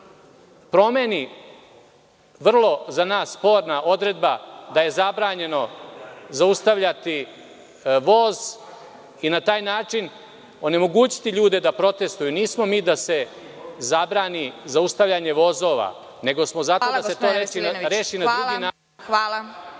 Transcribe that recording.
promeni vrlo za nas sporna odredba da je zabranjeno zaustavljati voz i na taj način onemogućiti ljude da protestuju. Nismo mi da se zabrani zaustavljanje vozova, nego smo zato da se to reči na drugi način, davanja